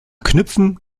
knüpfen